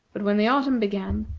but when the autumn began,